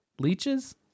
Leeches